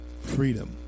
freedom